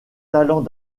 talents